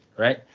Right